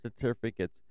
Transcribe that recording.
certificates